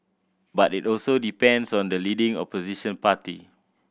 but it also depends on the leading opposition party